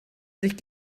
sich